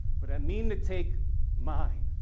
but i mean to take mine.